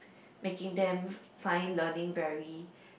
making them find learning very